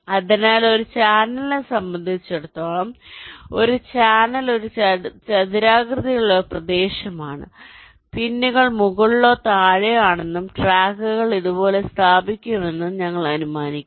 അതിനാൽ ഒരു ചാനലിനെ സംബന്ധിച്ചിടത്തോളം ഒരു ചാനൽ ഒരു ചതുരാകൃതിയിലുള്ള പ്രദേശമാണ് അതിനാൽ പിന്നുകൾ മുകളിലോ താഴെയോ ആണെന്നും ട്രാക്കുകൾ ഇതുപോലെ സ്ഥാപിക്കുമെന്നും ഞങ്ങൾ അനുമാനിക്കുന്നു